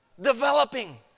Developing